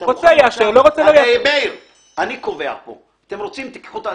הקראתם כבר?